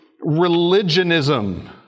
religionism